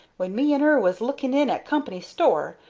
when me and er was looking in at company store,